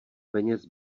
peněz